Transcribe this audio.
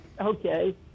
Okay